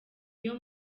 iyo